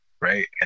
right